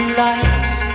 lights